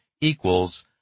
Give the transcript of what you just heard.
equals